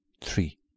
three